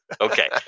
Okay